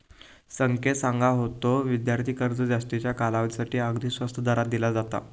संकेत सांगा होतो, विद्यार्थी कर्ज जास्तीच्या कालावधीसाठी अगदी स्वस्त दरात दिला जाता